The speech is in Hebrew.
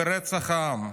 ורצח עם.